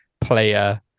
player